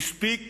הספיק